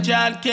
John